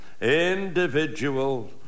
individual